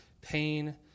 pain